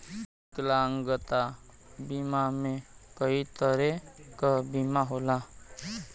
विकलांगता बीमा में कई तरे क बीमा होला